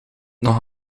nog